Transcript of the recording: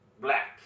Black